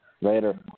Later